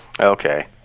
Okay